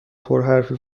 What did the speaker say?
پرحرفی